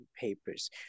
papers